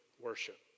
worship